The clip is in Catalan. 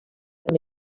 amb